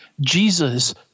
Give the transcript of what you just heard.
Jesus